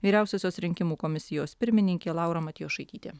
vyriausiosios rinkimų komisijos pirmininkė laura matjošaitytė